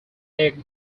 egg